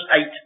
eight